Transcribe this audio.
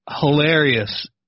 hilarious